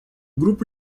grupo